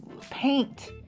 paint